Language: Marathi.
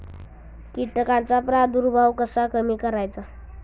कीटकांचा प्रादुर्भाव कसा कमी करायचा?